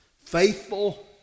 faithful